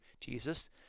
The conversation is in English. Jesus